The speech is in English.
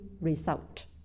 result